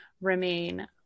remain